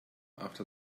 after